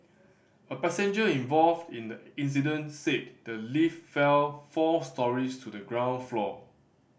a passenger involved in the incident said the lift fell four storeys to the ground floor